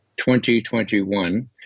2021